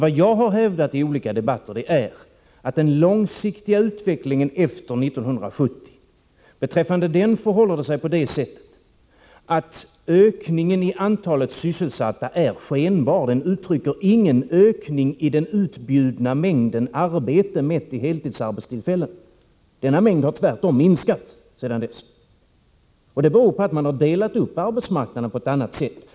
Vad jag har hävdat i olika debatter är att beträffande den långsiktiga utvecklingen efter 1970 förhåller det sig så, att ökningen i antalet sysselsatta är skenbar. Den uttrycker ingen ökning i den utbjudna mängden arbete, mätt i heltidsarbetstillfällen. Denna mängd har tvärtom minskat sedan dess. Det beror på att man har delat upp arbetsmarknaden på ett annat sätt.